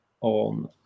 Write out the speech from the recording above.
on